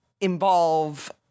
involve